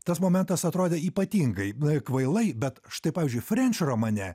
tas momentas atrodė ypatingai kvailai bet štai pavyzdžiui frenč romane